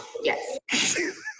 yes